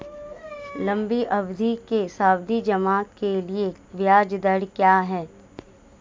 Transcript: लंबी अवधि के सावधि जमा के लिए ब्याज दर क्या है?